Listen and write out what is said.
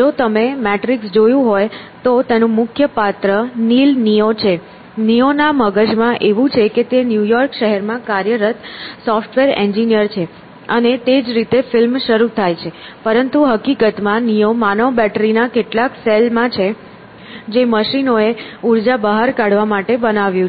જો તમે મેટ્રિક્સ જોયું હોય તો તેનું મુખ્ય પાત્ર નીલ નીઓ છે નીઓ ના મગજમાં એવું છે કે તે ન્યૂ યોર્ક શહેરમાં કાર્યરત સોફ્ટવેર એન્જિનિયર છે અને તે જ રીતે ફિલ્મ શરૂ થાય છે પરંતુ હકીકતમાં નીઓ માનવ બેટરી ના કેટલાક સેલ માં છે જે મશીનોએ ઉર્જા બહાર કાઢવા માટે બનાવ્યું છે